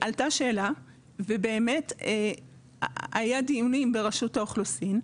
עלתה השאלה ובאמת היו דיונים ברשות האוכלוסין,